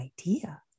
idea